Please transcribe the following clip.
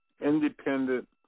independent